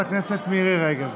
חברת הכנסת מירי רגב,